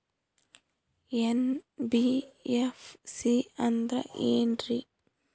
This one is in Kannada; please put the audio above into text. ಎನ್.ಬಿ.ಎಫ್.ಸಿ ಅಂದ್ರ ಏನ್ರೀ?